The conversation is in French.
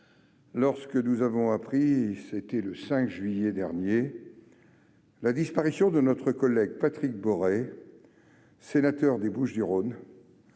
quand nous avons appris, le 5 juillet dernier, la disparition de notre collègue Patrick Boré, sénateur des Bouches-du-Rhône.